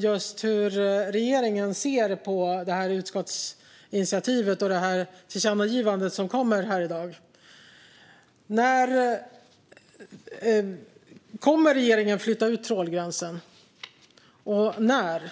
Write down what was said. just om hur regeringen ser på utskottsinitiativet och det tillkännagivande som kommer här i dag. Kommer regeringen att flytta ut trålgränsen, och när?